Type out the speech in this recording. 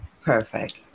Perfect